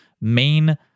main